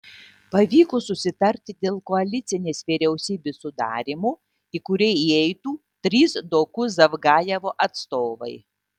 pavyko susitarti dėl koalicinės vyriausybės sudarymo į kurią įeitų trys doku zavgajevo atstovai